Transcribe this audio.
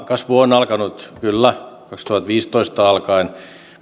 kasvu on alkanut kyllä kaksituhattaviisitoista alkaen